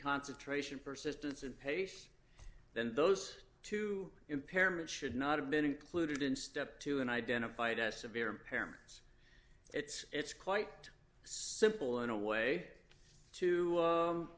concentration persistence and pace then those two impairment should not have been included in step two and identified as severe impairments it's quite simple in a way to